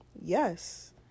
Yes